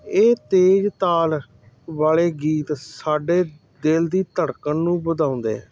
ਇਹ ਤੇਜ਼ ਤਾਲ ਵਾਲੇ ਗੀਤ ਸਾਡੇ ਦਿਲ ਦੀ ਧੜਕਣ ਨੂੰ ਵਧਾਉਂਦੇ